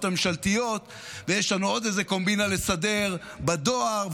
הממשלתיות ויש לנו עוד איזו קומבינה לסדר בדואר,